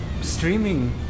streaming